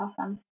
awesome